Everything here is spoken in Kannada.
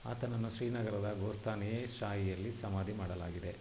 ಆತನನ್ನು ಶ್ರೀನಗರದ ಗೋರ್ಸ್ತಾನ್ ಏ ಶಾಹಿಯಲ್ಲಿ ಸಮಾಧಿ ಮಾಡಲಾಗಿದೆ